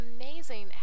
amazing